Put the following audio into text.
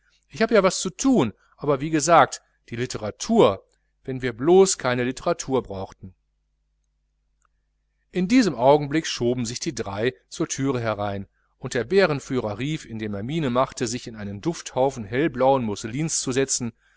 ich habe ja was zu thun aber wie gesagt die literatur wenn wir blos keine literatur brauchten in diesem augenblicke schoben sich die drei zur thüre herein und der bärenführer rief indem er miene machte sich in einen dufthaufen hellblauen musselins zu setzen